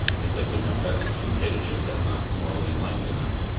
because they couldn't have pretzels and potato chips, that's not morally enlightened enough,